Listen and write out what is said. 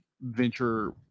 venture